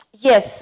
Yes